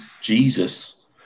Jesus